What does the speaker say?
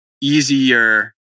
easier